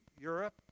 Europe